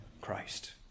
Christ